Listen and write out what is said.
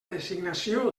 designació